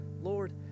Lord